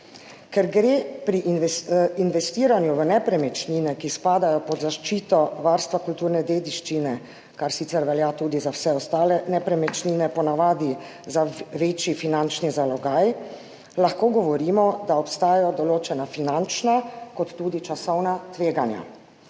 Ker gre pri investiranju v nepremičnine, ki spadajo pod zaščito varstva kulturne dediščine, kar sicer velja tudi za vse ostale nepremičnine, po navadi za večji finančni zalogaj, lahko govorimo, da obstajajo določena finančna ter tudi časovna tveganja.